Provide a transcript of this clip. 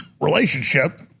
relationship